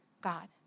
God